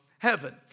Heaven